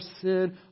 sin